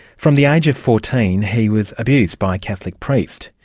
from the age of fourteen he was abused by a catholic priest.